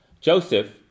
Joseph